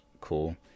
Cool